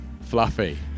fluffy